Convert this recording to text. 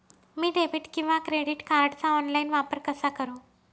मी debit किंवा credit कार्डचा online वापर कसा करु?